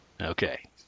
Okay